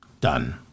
done